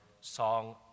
song